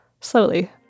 slowly